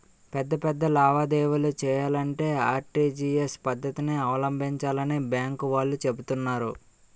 పెద్ద పెద్ద లావాదేవీలు చెయ్యాలంటే ఆర్.టి.జి.ఎస్ పద్దతినే అవలంబించాలని బాంకు వాళ్ళు చెబుతున్నారు